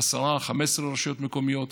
10 15 רשויות מקומיות,